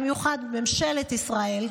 במיוחד ממשלת ישראל,